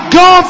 go